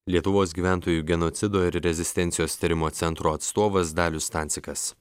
lietuvos gyventojų genocido ir rezistencijos tyrimo centro atstovas dalius stancikas